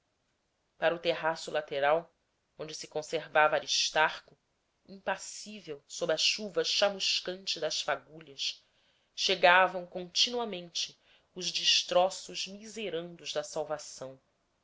para o terraço lateral onde conservava-se aristarco impassível sob a chuva chamuscante das fagulhas chegavam continuamente os destroços miserandos da salvação